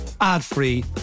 Ad-free